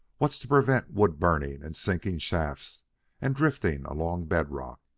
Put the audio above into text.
what's to prevent wood-burning and sinking shafts and drifting along bed-rock?